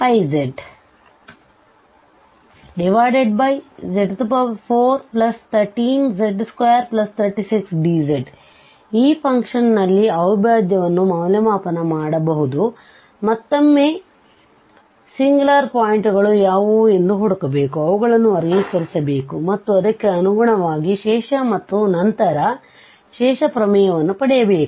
πz z413z236dz ಈ function ನಲ್ಲಿ ಅವಿಭಾಜ್ಯವನ್ನು ಮೌಲ್ಯಮಾಪನ ಮಾಡಬಹುದು ಮತ್ತೊಮ್ಮೆ ಸಿಂಗ್ಯುಲಾರ್ ಪಾಯಿಂಟ್ ಗಳು ಯಾವುವು ಎಂದು ಹುಡುಕಬೇಕು ಅವುಗಳನ್ನು ವರ್ಗೀಕರಿಸಬೇಕು ಮತ್ತು ಅದಕ್ಕೆ ಅನುಗುಣವಾಗಿ ಶೇಷ ಮತ್ತು ನಂತರ ಶೇಷ ಪ್ರಮೇಯವನ್ನು ಪಡೆಯಬೇಕು